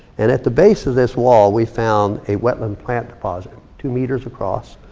and at the base of this wall, we found a wetland plant deposit. two meters across,